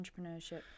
entrepreneurship